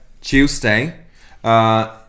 Tuesday